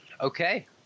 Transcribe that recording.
Okay